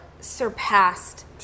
surpassed